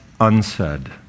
unsaid